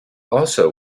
also